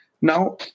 Now